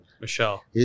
michelle